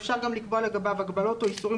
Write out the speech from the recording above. אפשר גם לקבוע לגביו הגבלות או איסורים